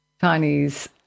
Chinese